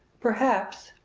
perhaps,